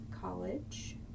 college